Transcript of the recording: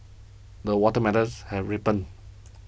the watermelons have ripened